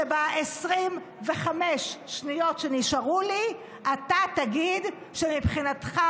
שב-25 שניות שנשארו לי אתה תגיד שמבחינתך